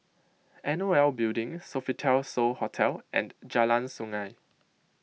N O L Building Sofitel So Hotel and Jalan Sungei